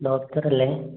doctor അല്ലേ